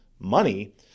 money